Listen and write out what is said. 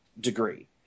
degree